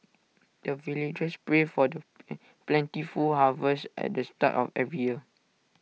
the villagers pray for the plentiful harvest at the start of every year